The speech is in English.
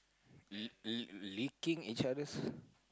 li~ li~ licking each other's